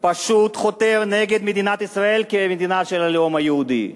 פשוט חותר נגד מדינת ישראל כמדינה של הלאום היהודי.